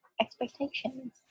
expectations